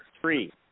Three